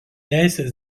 teisių